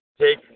take